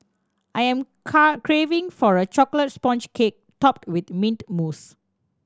I am craving for a chocolate sponge cake topped with mint mousse